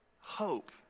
hope